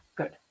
good